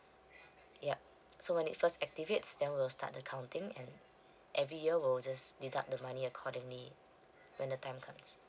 yup so when it first activates then we'll start the counting and every year we'll just deduct the money accordingly when the time comes